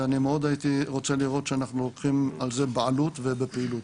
ואני מאוד הייתי רוצה לראות שאנחנו לוקחים על זה בעלות ופעילות.